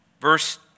Verse